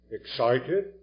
excited